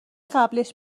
قبلش